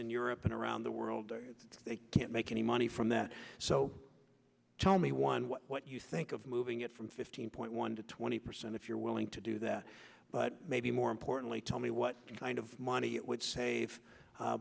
in europe and around the world they can't make any money from that so tell me one what you think of moving it from fifteen point one to twenty percent if you're willing to do that but maybe more importantly tell me what kind of money it would save